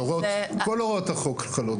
אם כן, כל הוראות החוק חלות.